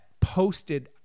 posted